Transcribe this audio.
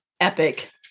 epic